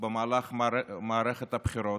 במהלך מערכת הבחירות.